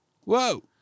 Whoa